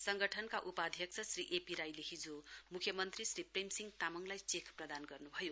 सङ्गठनका उपाध्यक्ष श्री एपी राईले हिजो मुख्यमन्त्री श्री प्रेम सिंह तामाङलाई चेक प्रदान गर्नु भयो